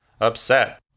upset